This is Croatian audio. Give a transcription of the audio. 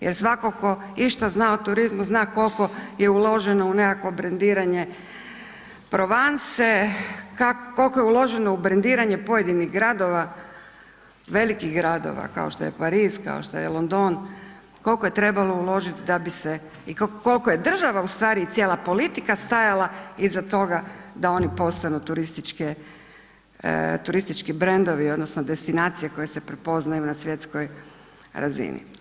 Jer svatko tko išta zna o turizmu zna koliko je uloženo u nekakvo brendiranje provanse, koliko je uložene u brendiranje pojedinih gradova, velikih gradova kao što je Pariz, kao što je London, koliko je trebalo uložiti da bi se i koliko je država ustvari i cijela politika stajala iza toga da oni postanu turističke, turistički brendovi odnosno destinacije koje se prepoznaju na svjetskoj razini.